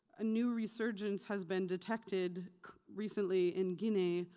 a new resurgence has been detected recently in guinea,